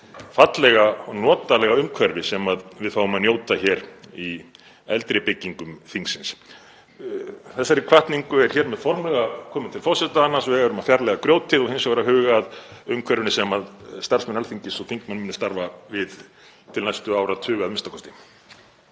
fallega og notalega umhverfi sem við fáum að njóta hér í eldri byggingum þingsins. Þessari hvatningu er hér með formlega komið til forseta; annars vegar um að fjarlæga grjótið og hins vegar að huga að umhverfinu sem starfsmenn Alþingis og þingmenn munu starfa við til næstu áratuga að minnsta kosti.